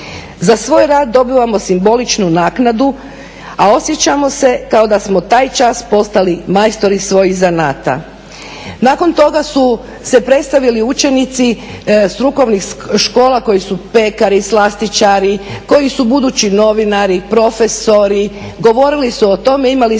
Za svoj rad dobivamo simboličnu naknadu a osjećamo se kao da smo taj čas postali majstori svojih zanata.". Nakon toga su se predstavili učenici strukovnih škola koji su pekari, slastičari, koji su budući novinari, profesori, govorili su o tome, imali smo